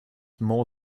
more